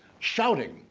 shouting,